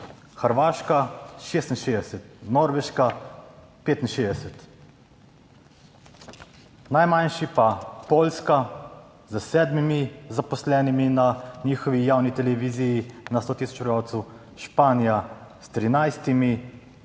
Hrvaška 66, Norveška 65. Najmanjši pa Poljska s sedmimi zaposlenimi na njihovi javni televiziji na 100 tisoč prebivalcev, Španija s 13,